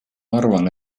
arvan